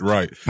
Right